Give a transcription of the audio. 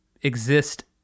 exist